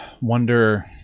wonder